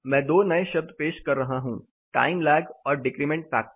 मैं दो नए शब्द पेश कर रहा हूं टाइम लैग और डिक्रिमेंट फैक्टर